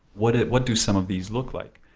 what ah what do some of these look like?